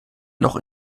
noch